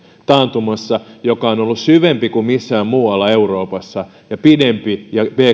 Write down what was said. taantumassa joka on ollut syvempi kuin missään muualla euroopassa ja pidempi ja bktlla